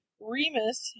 Remus